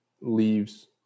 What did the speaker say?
leaves